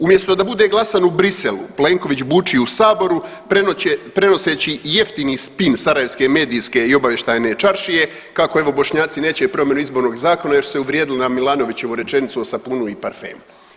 Umjesto da bude glasan u Briselu Plenković buči u saboru prenoseći jeftini spin sarajevske medijske i obavještajne čaršije kako evo Bošnjaci neće promjenu Izbornog zakona jer su se uvrijedili na Milanovićevu rečenicu o sapunu i parfemu.